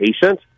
patient